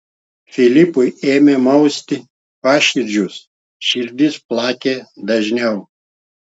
filipui ėmė mausti paširdžius širdis plakė dažniau